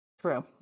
True